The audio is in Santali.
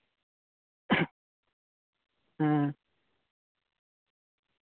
ᱦᱮᱸ